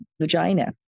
vagina